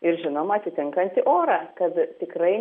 ir žinoma atitinkanti orą kad tikrai